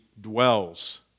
dwells